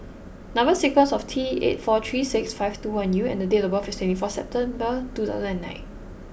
Number sequence is T eight four three six five two one U and date of birth is twenty four September two thousand and nine